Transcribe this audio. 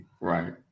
Right